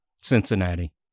Cincinnati